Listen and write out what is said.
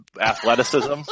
athleticism